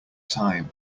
time